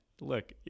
look